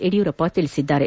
ಯಡಿಯೂರಪ್ಪ ತಿಳಿಸಿದ್ದಾರೆ